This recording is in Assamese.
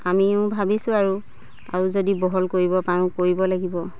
আমিও ভাবিছোঁ আৰু আৰু যদি বহল কৰিব পাৰোঁ কৰিব লাগিব